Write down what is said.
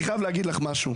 אני חייב להגיד לך משהו.